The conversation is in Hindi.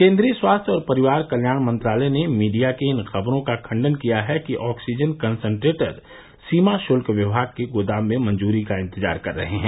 केन्द्रीय स्वास्थ्य और परिवार कल्याण मंत्रालय ने मीडिया की इन खबरों का खंडन किया है कि ऑक्सीजन कसंट्रेटर सीमा शुल्क विभाग के गोदाम में मंजूरी का इंतजार कर रहे हैं